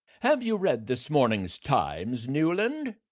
have you read this morning's times, newland?